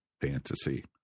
fantasy